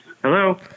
hello